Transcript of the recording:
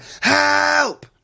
help